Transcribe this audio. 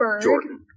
Jordan